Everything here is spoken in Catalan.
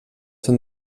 són